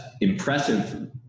impressive